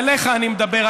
אליך אני מדבר,